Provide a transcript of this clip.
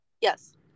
Yes